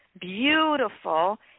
beautiful